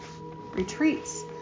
retreats